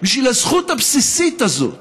בשביל הזכות הבסיסית הזאת